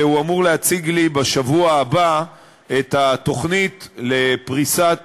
והוא אמור להציג לי בשבוע הבא את התוכנית לפריסת